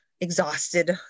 exhausted